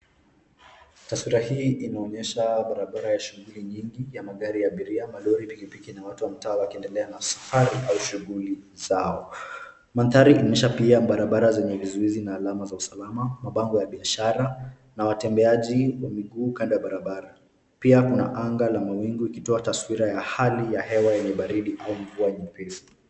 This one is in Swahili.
Taswira hii inaonyesha barabara ya shughuli nyingi ya magari ya abiria, malori, pikipiki na watu wa mtaa wakiendelea na safari au shughuli zao. Mandhari inaonyesha pia barabara yenye vizuizi na alama za usalama, mabango ya biashara na watembeaji wa miguu kando ya barabara. Pia kuna anga la mawingu ikitoa taswira ya hali ya hewa yenye baridi au mvua mwepesi.